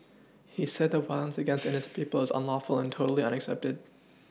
he said that violence against innocent people is unlawful and totally unacceptable